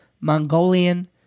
Mongolian